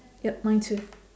yup mine too